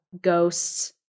ghosts